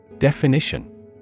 Definition